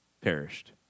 Perished